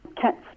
cats